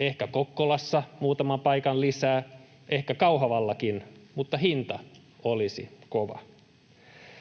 Ehkä Kokkolassa muutaman paikan lisää, ehkä Kauhavallakin, mutta hinta olisi kova.